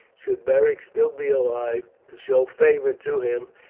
should beric still be alive, to show favour to him,